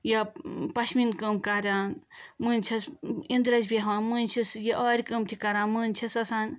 یا پشمیٖن کٲم کَران مٔنزۍ چھس اِندرس بیٚہوان مٔنٛزۍ چھس یہِ آرِ کٲم تہِ کَران مٔنٛزۍ چھس آسان